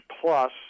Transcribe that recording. plus